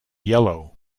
yellow